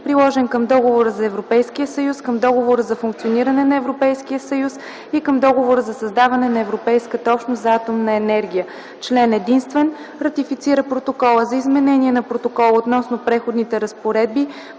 приложен към Договора за Европейския съюз, към Договора за функционирането на Европейския съюз и към Договора за създаване на Европейската общност за атомна енергия Член единствен. Ратифицира Протокола за изменение на Протокола относно Преходните разпоредби,